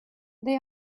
they